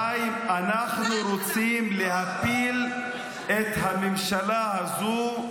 2. אנחנו רוצים להפיל את הממשלה הזו,